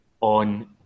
on